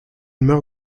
meurt